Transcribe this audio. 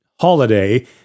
holiday